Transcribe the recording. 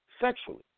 sexually